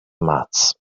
much